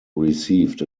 received